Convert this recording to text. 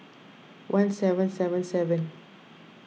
one seven seven seven